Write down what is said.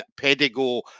Pedigo